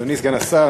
אדוני סגן השר,